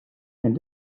and